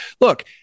Look